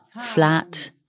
flat